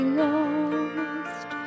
lost